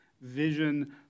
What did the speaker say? vision